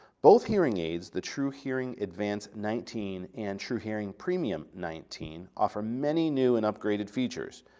both hearing aids, the truhearing advanced nineteen and truhearing premium nineteen offer many new and upgraded features.